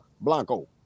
Blanco